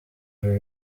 uru